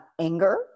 anger